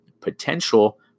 potential